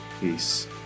peace